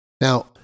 Now